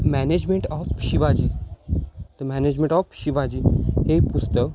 management of Shivaji the management of Shivaji हे पुस्तक